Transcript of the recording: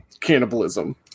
cannibalism